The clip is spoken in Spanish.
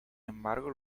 embargo